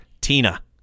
Tina